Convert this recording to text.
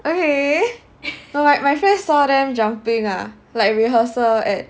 okay alright my friend saw them jumping ah like rehearsal at